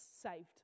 saved